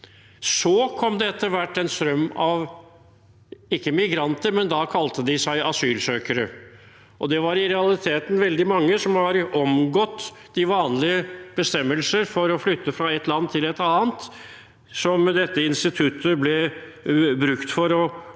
kom det etter hvert en strøm av, ikke migranter, men da kalte de seg asylsøkere. Det er i realiteten veldig mange som har omgått de vanlige bestemmelser for å flytte fra et land til et annet. Dette instituttet ble brukt for å omgå